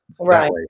Right